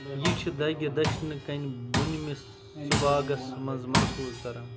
یہِ چھُ دگہِ دچھنہٕ کنۍ بونمِس صُباغس منٛز مرکوز کران